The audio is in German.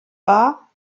war